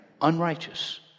Unrighteous